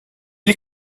les